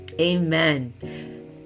amen